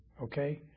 Okay